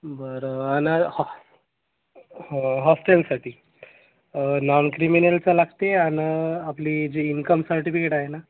बरं आणि हॉस् हॉ हॉस्टेलसाठी नॉन क्रिमिनलचं लागते आणि आपली जी इन्कम सर्टिफिकेट आहे ना